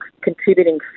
contributing